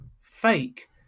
fake